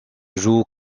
joue